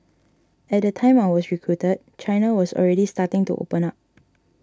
at the time I was recruited China was already starting to open up